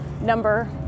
number